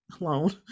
alone